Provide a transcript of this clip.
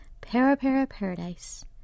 Para-para-paradise